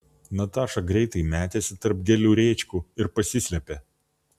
nataša greitai metėsi tarp gėlių rėčkų ir pasislėpė